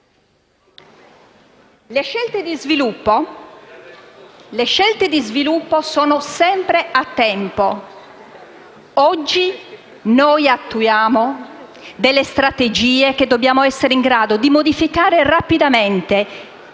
Le scelte di sviluppo sono sempre a tempo. Oggi noi attuiamo delle strategie che dobbiamo essere in grado di modificare rapidamente,